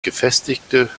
gefestigte